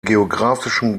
geographischen